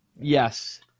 Yes